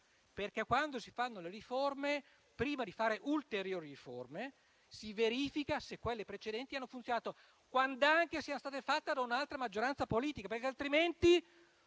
quando si fanno le riforme, prima di fare cambiamenti ulteriori, si verifica se quelle precedenti hanno funzionato, quand'anche siano state fatte da un'altra maggioranza politica, altrimenti